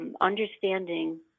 Understanding